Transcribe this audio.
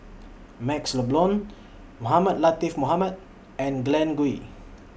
MaxLe Blond Mohamed Latiff Mohamed and Glen Goei